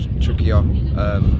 trickier